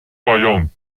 païens